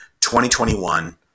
2021